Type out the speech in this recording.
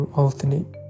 alternate